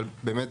אבל באמת,